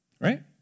right